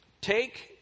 Take